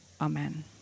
Amen